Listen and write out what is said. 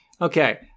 Okay